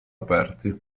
aperti